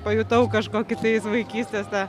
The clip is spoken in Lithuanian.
pajutau kažkokį vaikystės tą